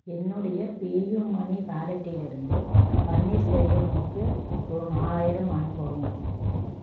என்னுடைய பேயூமனி வாலெட்டிலிருந்து பன்னீர்செல்வமுக்கு ரூ நாலாயிரம் அனுப்பவும்